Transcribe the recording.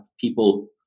people